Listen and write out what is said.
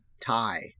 tie